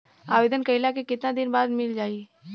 आवेदन कइला के कितना दिन बाद मिल जाई?